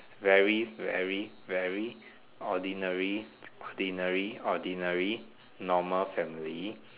very very very ordinary ordinary ordinary normal family